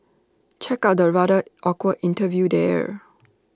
check out the rather awkward interview there